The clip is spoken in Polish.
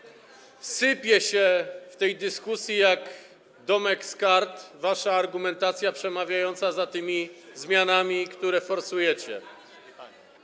Sypie się w tej dyskusji jak domek z kart wasza argumentacja przemawiająca za tymi zmianami, które forsujecie.